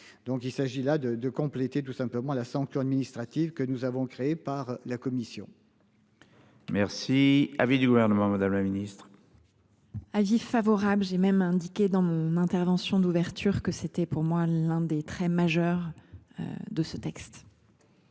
Donc il s'agit là de de compléter tout simplement la sanction administrative que nous avons créée par la commission. Merci avait du gouvernement Madame la ministre. Avis favorable. J'ai même indiqué dans mon intervention d'ouverture que c'était pour moi l'un des traits majeurs. De ce texte.